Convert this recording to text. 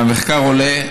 מהמחקר עולה,